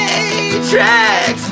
Matrix